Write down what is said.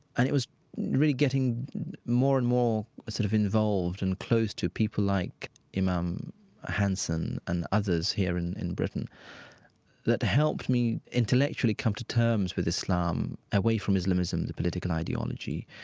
and it was really getting more and more sort of involved and close to people like imam um ah hanson and others here in in britain that helped me intellectually come to terms with islam, away from islamism, the political ideology,